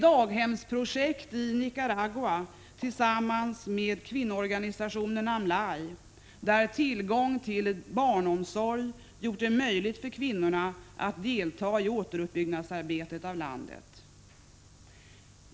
—- Daghemsprojekt i Nicaragua tillsammans med kvinnoorganisationen AMNLAE, där tillgång till barnomsorg gjort det möjligt för kvinnorna att delta i återuppbyggnadsarbetet av landet.